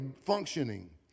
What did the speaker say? functioning